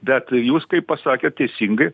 bet jūs kaip pasakėt teisingai